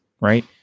Right